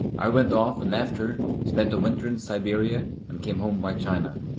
i went off and left her, spent a winter in siberia, and came home by china.